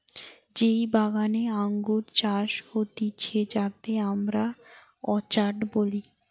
যেই বাগানে আঙ্গুর চাষ হতিছে যাতে আমরা অর্চার্ড বলি